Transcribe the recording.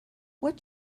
what